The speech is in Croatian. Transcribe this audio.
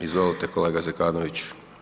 Izvolite kolega Zekanović.